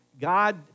God